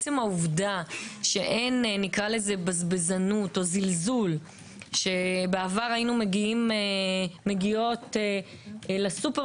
עצם העובדה שאין בזבזנות או זלזול שבעבר היינו מגיעות לסופר